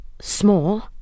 small